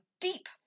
deep